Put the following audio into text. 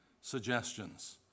suggestions